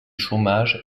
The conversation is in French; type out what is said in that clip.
chômage